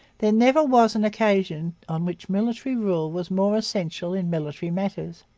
there never was an occasion on which military rule was more essential in military matters.